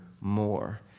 more